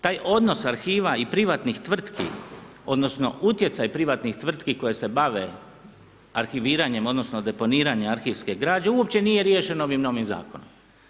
Taj odnos arhiva i privatnih tvrtki, odnosno, utjecaj privatnih tvrtki, koje se bave arhiviranjem, odnosno, deponiranjem arhivske građe, uopće nije riješeno ovim novim zakonom.